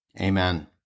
Amen